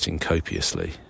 copiously